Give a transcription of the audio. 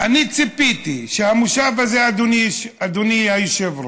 אני ציפיתי שהמושב הזה, אדוני היושב-ראש,